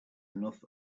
enough